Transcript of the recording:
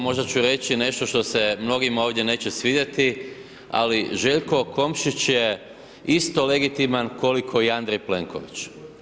Možda ću reći nešto što se mnogima ovdje neće svidjeti ali Željko Komšić je isto legitiman koliko i Andrej Plenković.